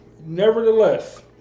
Nevertheless